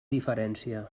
diferència